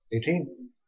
Eighteen